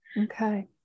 Okay